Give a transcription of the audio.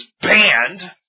banned